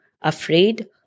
afraid